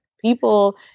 People